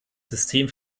system